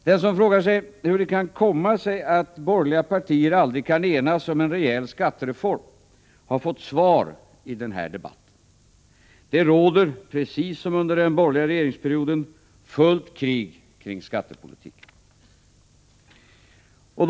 Den som frågar sig hur det kan komma sig att borgerliga partier aldrig kan enas om en rejäl skattereform har fått svar i denna debatt. Det råder, precis som under den borgerliga regeringsperioden, fullt krig kring skattepolitiken.